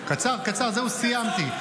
קצר, קצר, זהו, סיימתי.